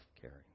caring